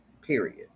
Period